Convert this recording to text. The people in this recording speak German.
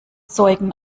zeugen